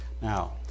Now